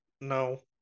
no